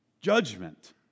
judgment